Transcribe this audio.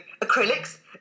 acrylics